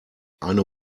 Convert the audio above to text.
eine